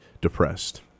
depressed